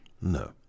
no